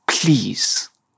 Please